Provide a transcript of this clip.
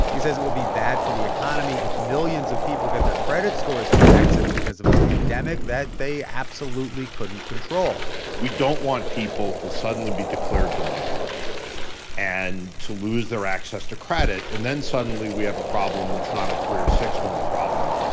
he says it would be bad for the economy if millions of people get their credit scores wrecked because of a pandemic that they absolutely couldn't control we don't want people to suddenly be declared delinquent and to lose their access to credit. and then suddenly, we have a problem that's not a three or six-month problem.